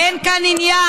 זה לא אנחנו צעקנו.